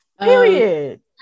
Period